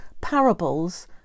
parables